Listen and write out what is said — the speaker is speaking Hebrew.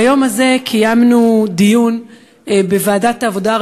ביום הזה קיימנו דיון בוועדת העבודה,